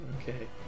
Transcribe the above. Okay